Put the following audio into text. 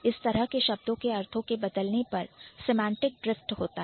इस तरह के शब्दों के अर्थों के बदलने पर सेमांटिक ड्रिफ्ट होता है